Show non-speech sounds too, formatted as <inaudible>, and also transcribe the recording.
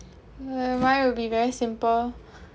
mine will be very simple <laughs>